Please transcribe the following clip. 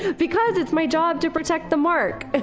because it's my job to protect the mark!